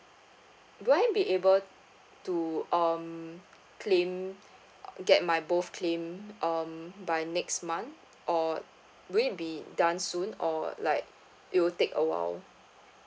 would I be able to um claim get my both claim um by next month or will it be done soon or like it will take a while